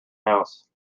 house